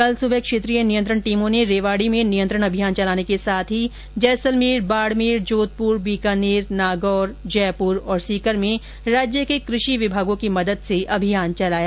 कल सुबह क्षेत्रीय नियंत्रण टीमों ने रेवाडी में नियंत्रण अभियान चलाने के साथ साथ जैसलमेर बाडमेर जोधपुर बीकानेर नागौर जयपुर और सीकर में राज्य के कृषि विभागों की मदद से अभियान चलाया